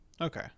Okay